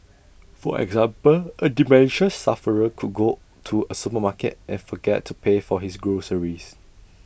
for example A dementia sufferer could go to A supermarket and forget to pay for his groceries